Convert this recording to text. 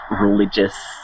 religious